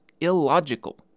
illogical